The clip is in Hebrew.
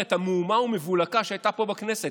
את המהומה והמבולקה שהייתה פה בכנסת,